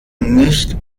nicht